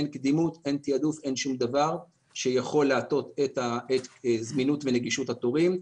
אין קדימות או תיעדוף שיכול להטות את זמינות ונגישות התורים.